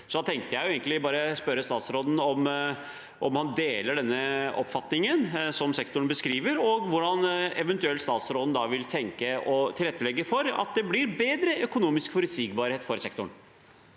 Jeg tenkte bare å spørre statsråden om han deler denne oppfatningen, som sektoren beskriver, og hvordan statsråden eventuelt vil tilrettelegge for at det blir bedre økonomisk forutsigbarhet for sektoren.